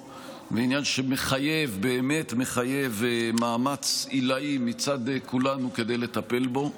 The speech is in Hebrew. זה עניין שבאמת מחייב מאמץ עילאי מצד כולנו כדי לטפל בו.